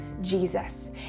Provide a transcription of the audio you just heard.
Jesus